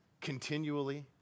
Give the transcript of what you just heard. continually